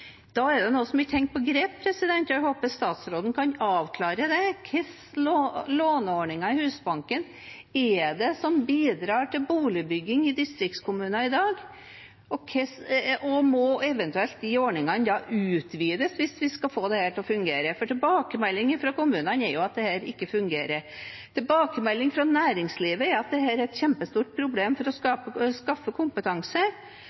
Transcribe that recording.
Da er det noe som ikke henger på greip, og jeg håper statsråden kan avklare hvilke låneordninger i Husbanken det er som bidrar til boligbygging i distriktskommuner i dag, og om de ordningene eventuelt må utvides hvis vi skal få dette til å fungere. Tilbakemeldingene fra kommunene er jo at dette ikke fungerer, og tilbakemeldingene fra næringslivet er at dette er et kjempestort problem når det gjelder å